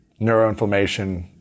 neuroinflammation